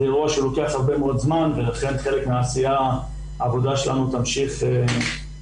זה דבר שלוקח הרבה מאוד זמן ולכן העבודה שלנו תמשיך בהתאם.